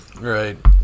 Right